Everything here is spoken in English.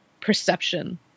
perception